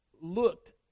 looked